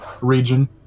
region